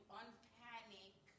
unpanic